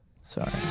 Sorry